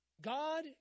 God